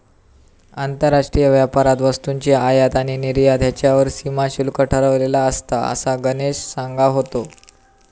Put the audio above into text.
आंतरराष्ट्रीय व्यापारात वस्तूंची आयात आणि निर्यात ह्येच्यावर सीमा शुल्क ठरवलेला असता, असा गणेश सांगा होतो